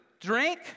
drink